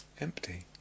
Empty